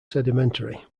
sedimentary